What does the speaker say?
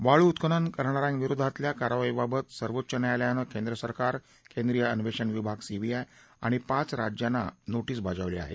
वाळू उत्खनन करणाऱ्यांविरोधातल्या कारवाईबाबत सर्वोच्च न्यायालयानं केंद्रसरकार केंद्रीय अन्वेषण विभाग सीबीआय आणि पाच राज्यांना नोटीस बजावली आहे